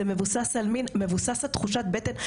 זה מבוסס על תחושת בטן.